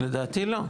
לדעתי לא.